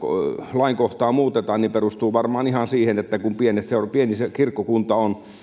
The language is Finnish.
lainkohtaa muutetaan perustuu varmaan ihan siihen että kun on pieni kirkkokunta